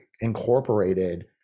incorporated